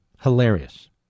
Hilarious